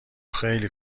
خیلی